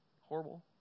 horrible